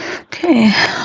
Okay